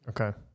okay